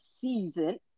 season